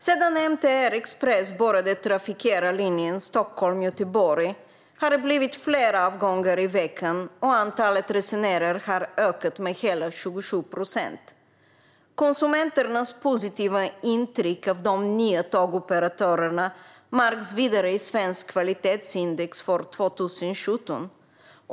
Sedan MTR Express började trafikera linjen Stockholm-Göteborg har det blivit fler avgångar i veckan, och antalet resenärer har ökat med hela 27 procent. Konsumenternas positiva intryck av de nya tågoperatörerna märks vidare i Svenskt Kvalitetsindex för 2017.